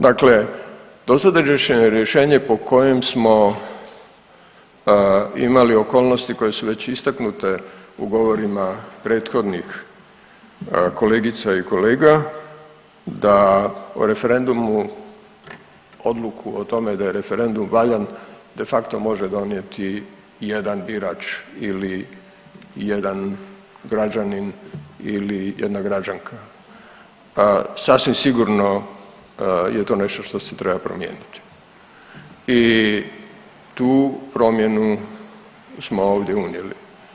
Dakle, dosadašnje rješenje po kojem smo imali okolnosti koje su već istaknute u govorima prethodnih kolegica i kolega da o referendumu, odluku o tome da je referendum valjan de facto može donijeti jedan birač ili jedan građanin ili jedna građanka sasvim sigurno je to nešto što se treba promijeniti i tu promjenu smo ovdje unijeli.